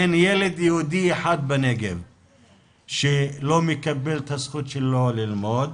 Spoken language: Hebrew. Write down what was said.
אין ילד יהודי אחד בנגב שלא מקבל את הזכות שלו ללמוד.